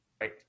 Right